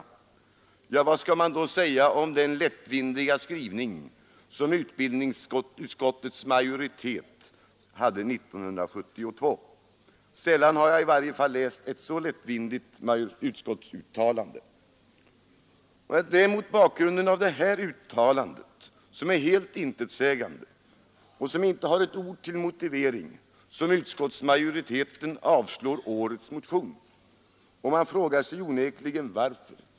Vad skall man då säga om den lättvindiga skrivning kursverksamhet som utbildningsutskottets majoritet hade 1972? Sällan har i varje fall jag läst ett så lättvindigt utskottsuttalande. Och det är mot bakgrunden av detta uttalande, som är helt intetsägande och som inte har ett ord till motivering, som majoriteten avstyrker årets motion. Man frågar sig onekligen varför.